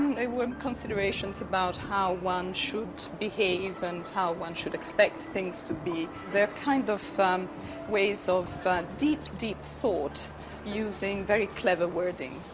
they were considerations about how one should behave and how one should expect things to be. they're kind of ways of deep, deep thought using very clever wording.